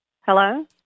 Hello